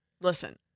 Listen